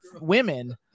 women